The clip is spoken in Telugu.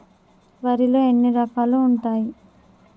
వరిలో ఎన్ని రకాలు ఉంటాయి?